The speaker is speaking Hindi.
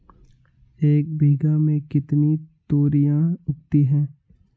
एक बीघा में कितनी तोरियां उगती हैं?